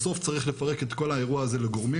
בסוף צריך לפרק את כל האירוע הזה לגורמים